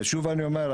ושוב אני אומר,